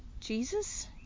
Jesus